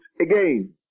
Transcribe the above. again